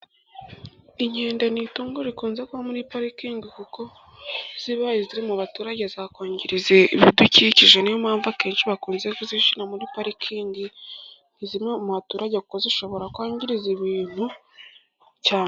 Inkende ni itungo rikunze kuba muri parikingi, kuko zibaye ziri mu baturage zakwangiriza ibidukikije. Ni yo mpamvu akenshi bakunze kuzishyira muri parikingi, ntizibe mu baturage kuko zishobora kwangiriza ibintu cyane.